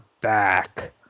back